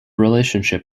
relationship